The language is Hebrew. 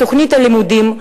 בתוכנית הלימודים,